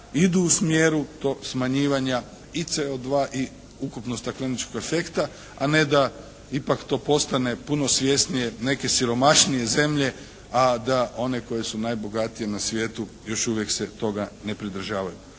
idu u smjeru tog smanjivanja i CO2 i ukupnog stakleničkog afekta a ne da ipak to postane puno svjesnije neke siromašnije zemlje. A da one koje su najbogatije na svijetu još uvijek se toga ne pridržavaju.